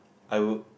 I would